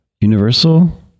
universal